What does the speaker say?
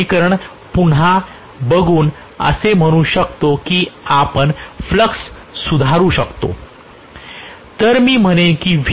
हे समीकरण पुन्हा बघून आपण असे म्हणू शकतो की आपण फ्लक्स सुधारू शकतो परंतु Va आणि Ra स्थिर ठेऊ शकतो